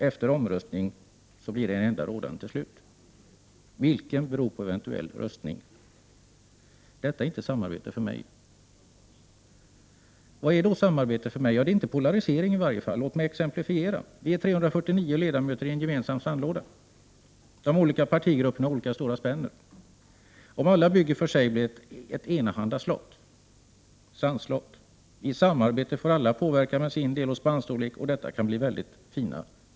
Efter omröstningen blir en enda reservation till slut rådande. Detta är för mig inte samarbete. Vad är då samarbete för mig? Ja, det är inte polarisering i varje fall. Låt mig exemplifiera. Vi är 349 ledamöter ”i en gemensam sandlåda”. De olika partigrupperna har olika stora spänner. Om var och en bygger för sig blir det ett enahanda sandslott. I samarbete får alla påverka med sina spänner, av olika storlek, och det kan bli något väldigt fint.